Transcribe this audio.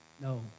No